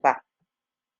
ba